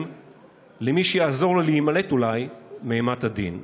למי שיעזור לו אולי להימלט מאימת הדין.